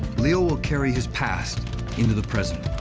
leo will carry his past into the present,